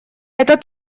это